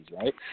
right